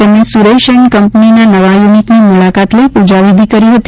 તેમણે સુરેશ એન્ડ કંપનીના નવા યુનિટની મૂલાકાત લઇ પૂજાવિધિ કરી હતી